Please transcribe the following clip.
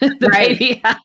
right